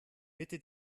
bitte